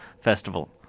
Festival